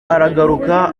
aragaruka